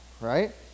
right